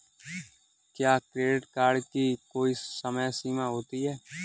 क्या credit card की कोई समय सीमा होती है?